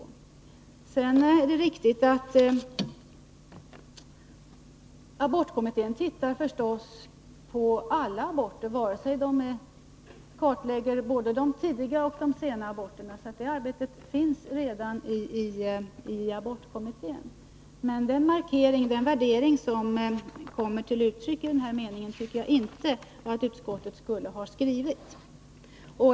Det är riktigt att abortkommittén naturligtvis tittar på alla aborter, vare sig de är tidiga eller sena. Men den värdering som kommer till uttryck i denna mening tycker jag inte utskottet skulle ha skrivit.